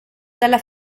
dalla